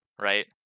right